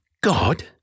God